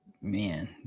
Man